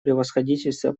превосходительство